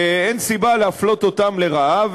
שאין סיבה להפלות אותן לרעה,